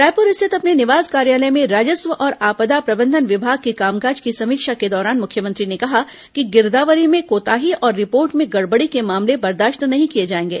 रायपुर स्थित अपने निवास कार्यालय में राजस्व और आपदा प्रबंधन विभाग के कामकाज की समीक्षा के दौरान मुख्यमंत्री ने कहा कि गिरदावरी में कोताही और रिपोर्ट में गड़बड़ी के मामले बर्दाश्त नहीं किए जाएंगे